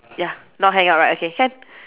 ya not hang up right okay can